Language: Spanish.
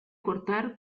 cortar